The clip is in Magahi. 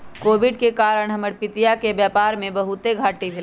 कोविड के कारण हमर पितिया के व्यापार में बहुते घाट्टी भेलइ